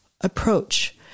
approach